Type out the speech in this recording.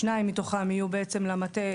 שניים מתוכם יהיו למטה,